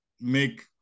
make